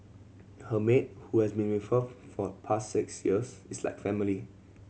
her maid who has been with her for the past six years is like family